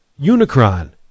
unicron